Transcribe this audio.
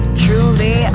truly